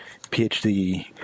PhD